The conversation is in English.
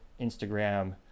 Instagram